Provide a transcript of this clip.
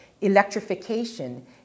electrification